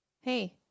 Hey